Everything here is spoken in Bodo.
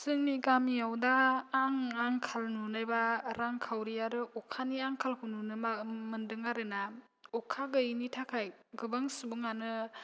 जोंनि गामियाव दा आं आंखाल नुनायबा रांखावरि आरो अखानि आंखालखौ नुनो मोनदों आरो ना अखा गैयैनि थाखाय गोबां सुबुङानो